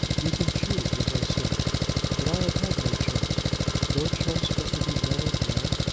you can choose, as i say but i have had no choice no choice but to be married well,